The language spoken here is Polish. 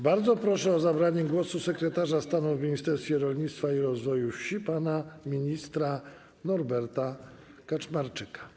Bardzo proszę o zabranie głosu sekretarza stanu w Ministerstwie Rolnictwa i Rozwoju Wsi pana ministra Norberta Kaczmarczyka.